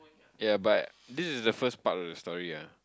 ya but this is the first part of the story ah